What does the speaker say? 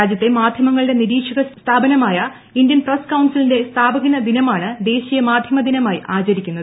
രാജ്യത്തെ മാധ്യമങ്ങളുടെ നിരീക്ഷക സ്ഥാപനമായ ഇന്ത്യൻ പ്രസ് കൌൺസിലിന്റെ സ്ഥാപന ദിനമാണ് ദേശീയ മാധ്യമ ദിനമായി ആചരിക്കുന്നത്